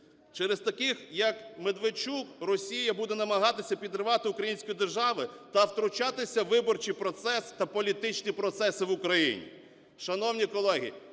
Через таких, як Медведчук, Росія буде намагатися підривати українську державу та втручатися у виборчий процес та політичні процеси в Україні.